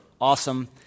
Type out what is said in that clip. awesome